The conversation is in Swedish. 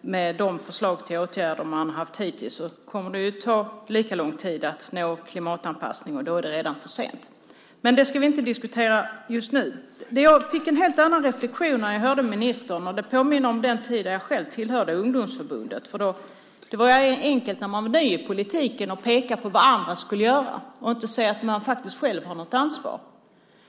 Med de förslag till åtgärder som man har haft hittills kommer det ju att ta lika lång tid att nå klimatanpassning, och då är det redan för sent. Men det ska vi inte diskutera just nu. Jag gjorde en helt annan reflexion när jag hörde ministern. Det påminner om den tid då jag själv tillhörde ungdomsförbundet. Det var enkelt när man var ny i politiken att peka på vad andra skulle göra och inte se att man faktiskt själv har något ansvar.